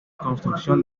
construcción